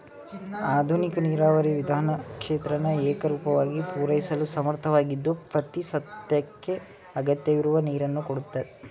ಆಧುನಿಕ ನೀರಾವರಿ ವಿಧಾನ ಕ್ಷೇತ್ರನ ಏಕರೂಪವಾಗಿ ಪೂರೈಸಲು ಸಮರ್ಥವಾಗಿದ್ದು ಪ್ರತಿಸಸ್ಯಕ್ಕೆ ಅಗತ್ಯವಿರುವ ನೀರನ್ನು ಕೊಡುತ್ತೆ